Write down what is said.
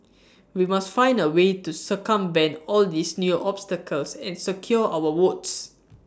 we must find A way to circumvent all these new obstacles and secure our votes